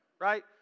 Right